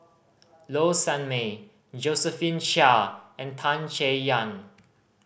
Low Sanmay Josephine Chia and Tan Chay Yan